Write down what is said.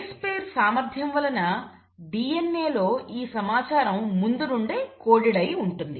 base pair సామర్థ్యం వలన DNA లో ఈ సమాచారం ముందు నుండే కోడెడ్ అయ్యి ఉంటుంది